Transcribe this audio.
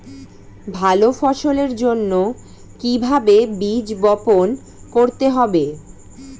ভালো ফসলের জন্য কিভাবে বীজ বপন করতে হবে?